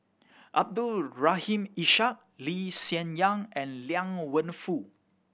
Abdul Rahim Ishak Lee Hsien Yang and Liang Wenfu